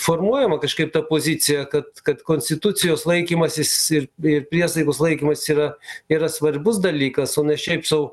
formuojama kažkaip ta pozicija kad kad konstitucijos laikymasis ir ir priesaikos laikymas yra yra svarbus dalykas o ne šiaip sau